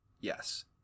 yes